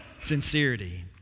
sincerity